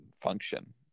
function